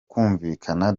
kumvikana